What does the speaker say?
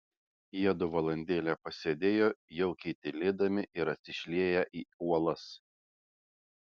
jiedu valandėlę pasėdėjo jaukiai tylėdami ir atsišlieję į uolas